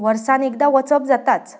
वर्सान एकदां वचप जाताच